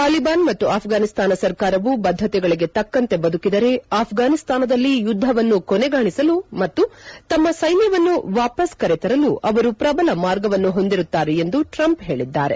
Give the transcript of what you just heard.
ತಾಲಿಬಾನ್ ಮತ್ತು ಅಭ್ವಾನಿಸ್ತಾನ ಸರ್ಕಾರವು ಬದ್ಧತೆಗಳಿಗೆ ತಕ್ಕಂತೆ ಬದುಕಿದರೆ ಅಭ್ವಾನಿಸ್ತಾನದಲ್ಲಿ ಯುದ್ಧವನ್ನು ಕೊನೆಗಾಣಿಸಲು ಮತ್ತು ತಮ್ಮ ಸೈನ್ಯವನ್ನು ವಾಪಸ್ ಕರೆತರಲು ಅವರು ಪ್ರಬಲ ಮಾರ್ಗವನ್ನು ಹೊಂದಿರುತ್ತಾರೆ ಎಂದು ಟ್ರಂಪ್ ಹೇಳಿದ್ದಾರೆ